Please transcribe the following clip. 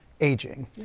aging